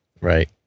Right